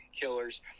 killers